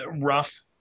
rough